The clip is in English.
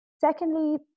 secondly